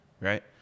right